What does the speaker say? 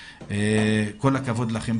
כל הכבוד לכם,